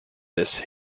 this